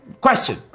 question